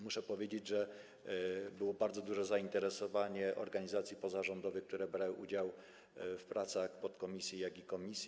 Muszę powiedzieć, że było tu bardzo duże zainteresowanie organizacji pozarządowych, które brały udział w pracach zarówno podkomisji, jak i komisji.